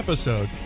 episode